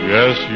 Yes